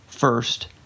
First